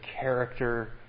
character